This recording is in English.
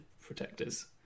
protectors